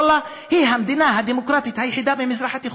ואללה, היא המדינה הדמוקרטית היחידה במזרח התיכון,